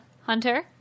hunter